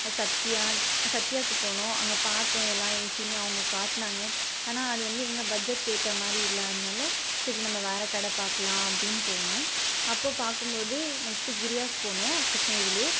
சத்யா சத்யாவுக்கு போனோம் அங்கே பார்த்தோம் எல்லா ஏசியுமே அவங்க காட்டினாங்க ஆனால் அது வந்து எங்கள் பட்ஜட்டுக்கு ஏற்ற மாதிரி இல்லாததுனால் சரி நம்ம வேறு கடை பார்க்கலாம் அப்படின்னு போனேன் அப்போது பார்க்கும்போது நெக்ஸ்ட் கிரியாஸ் போனோம் கிருஷ்ணகிரிலேயே